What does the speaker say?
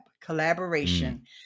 collaboration